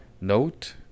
note